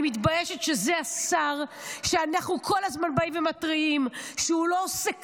אני מתביישת שזה השר שאנחנו כל הזמן באים ומתריעים שהוא לא עושה כלום,